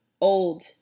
old